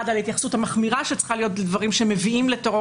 על ההתייחסות המחמירה שצריכה להיות לדברים שמביאים לטרור